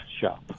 shop